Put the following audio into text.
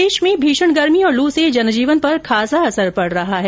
प्रदेश में भीषण गर्मी और लू से जनजीवन पर खासा असर पड रहा है